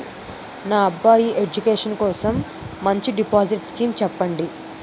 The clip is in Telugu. నా అబ్బాయి ఎడ్యుకేషన్ కోసం మంచి డిపాజిట్ స్కీం చెప్పండి